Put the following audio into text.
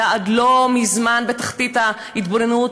היה עד לא מזמן בתחתית ההתבוננות,